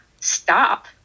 stop